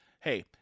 hey